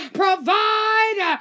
provide